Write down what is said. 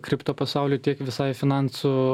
kripto pasauliui tiek visai finansų